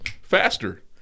Faster